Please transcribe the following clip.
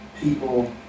people